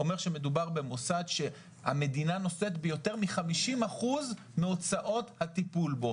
אומר שמדובר במוסד שהמדינה נושאת ביותר מ-50% מהוצאות הטיפול בו.